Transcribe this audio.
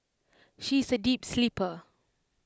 she is A deep sleeper